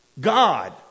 God